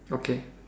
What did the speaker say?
okay